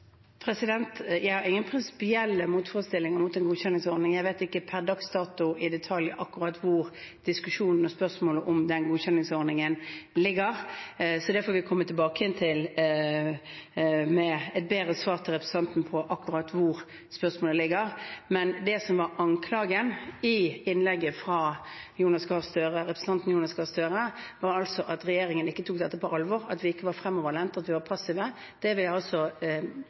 Jeg har ingen prinsipielle motforestillinger mot en godkjenningsordningsordning. Jeg vet ikke per dags dato i detalj akkurat hvor diskusjonen og spørsmålene om den godkjenningsordningen ligger, så det får vi komme tilbake med et bedre svar til representanten på. Men det som var anklagen i innlegget fra representanten Jonas Gahr Støre, var at regjeringen ikke tar dette på alvor, ikke er fremoverlent, at vi er passive. Det vil jeg